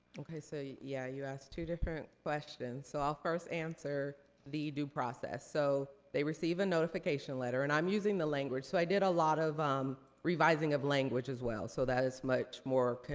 okay, so, yeah, you asked two different questions, so i'll first answer the due process. so, they receive a notification letter, and i'm using the language. so i did a lot of um revising of language, as well. so that is much more